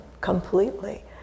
completely